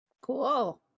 Cool